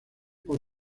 por